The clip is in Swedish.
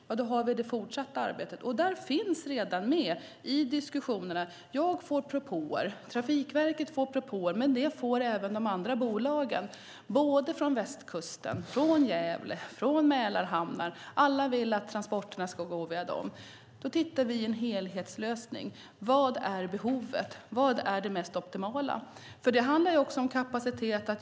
Ja, då har vi det fortsatta arbetet. Det finns redan med i diskussionerna. Jag får propåer, Trafikverket får propåer och även de andra bolagen får propåer från västkusten, från Gävle och från Mälarhamnar. Alla vill de att transporterna ska gå via dem. Vi tittar då på en helhetslösning. Vad är behovet? Vad är det mest optimala? Det handlar ju också om kapaciteten.